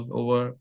over